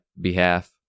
behalf